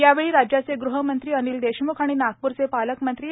यावेळी राज्याचे गृहमंत्री अनिल देशमुख आणि नागपूरचे पालकमंत्री डॉ